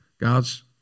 God's